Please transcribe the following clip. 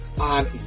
on